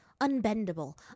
unbendable